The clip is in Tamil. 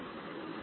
மிக்க நன்றி